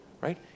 right